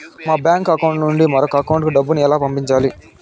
మా bank account నుండి మరొక అకౌంట్ కు డబ్బును ఎలా పంపించాలి